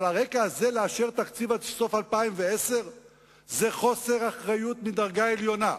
על הרקע הזה לאשר תקציב עד סוף 2010 זה חוסר אחריות מדרגה עליונה.